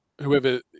whoever